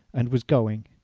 and was going.